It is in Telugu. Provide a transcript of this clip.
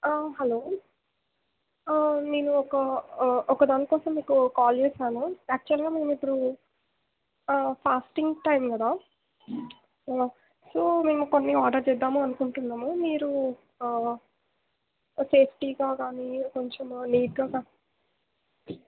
హలో నేను ఒక ఒక దాని కోసం మీకు కాల్ చేసాను యాక్చువల్గా మేము ఇప్పుడు ఫాస్టింగ్ టైం కదా సో మేము కొన్ని ఆర్డర్ చేద్దాము అనుకుంటున్నాము మీరు సేఫ్టీగా కానీ కొంచెము లేట్గా